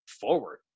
forward